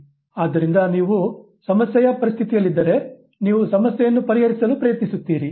ಆದ್ದರಿಂದ ನೀವು ಸಮಸ್ಯೆಯ ಪರಿಸ್ಥಿತಿಯಲ್ಲಿದ್ದರೆ ನೀವು ಸಮಸ್ಯೆಯನ್ನು ಪರಿಹರಿಸಲು ಪ್ರಯತ್ನಿಸುತ್ತೀರಿ